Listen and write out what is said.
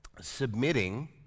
submitting